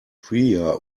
priya